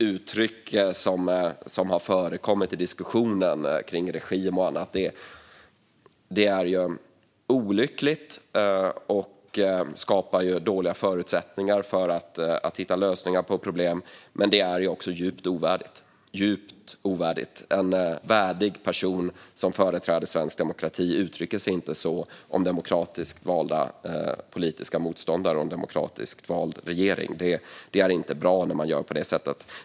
Uttryck som har förekommit i diskussionen om regim och annat är olyckliga och skapar dåliga förutsättningar för att hitta lösningar på problem. Det är också djupt ovärdigt. En värdig person som företräder svensk demokrati uttrycker sig inte så om demokratiskt valda politiska motståndare och en demokratiskt vald regering. Det är inte bra att göra så.